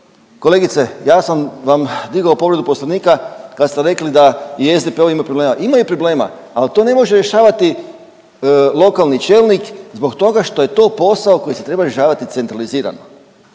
kolegice ja sam vam digao povredu Poslovnika kad ste rekli da i SDP imaju problema. Imaju problema, ali to ne može rješavati lokalni čelnik zbog toga što je to posao koji se treba rješavati centralizirano.